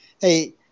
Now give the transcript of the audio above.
Hey